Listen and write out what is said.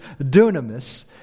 dunamis